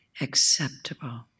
acceptable